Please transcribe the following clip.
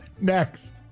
Next